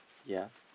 yeah